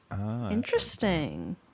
interesting